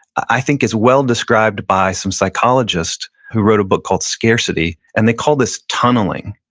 i think, is well described by some psychologists who wrote a book called scarcity and they call this tunneling.